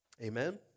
Amen